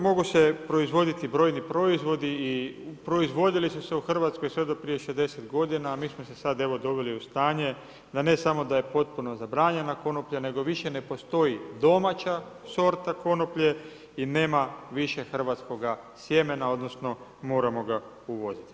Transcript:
Mogu se proizvoditi brojni proizvodi i proizvodili su se u Hrvatskoj sve do prije 60 godina, a mi smo se sada evo doveli u stanje da ne samo da je potpuno zabranjena konoplja nego više ne postoji domaća sorta konoplje i nema više hrvatskoga sjemena odnosno moramo ga uvoziti.